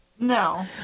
No